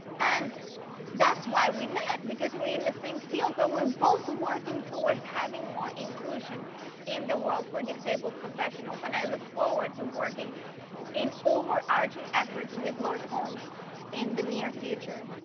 and that's why we met, because we're in the same field. but we're both working towards having more inclusion inclusion in the world for disabled professionals. and i look forward to working in overarching efforts with lord holmes in the near future.